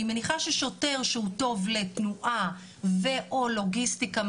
אני מניחה ששוטר שהוא טוב לתנועה ו/או לוגיסטיקה,